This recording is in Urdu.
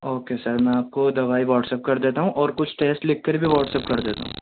اوکے سر میں آپ کو دوائی واٹسپ کر دیتا ہوں اور کچھ ٹیسٹ لکھ کر بھی واٹسپ کر دیتا ہوں